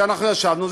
ואנחנו ישבנו,